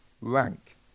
rank